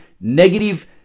negative